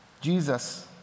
Jesus